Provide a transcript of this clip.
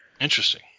Interesting